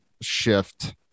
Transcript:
shift